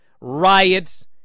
riots